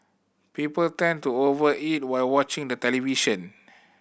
people tend to over eat while watching the television